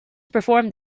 performed